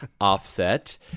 Offset